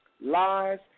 lies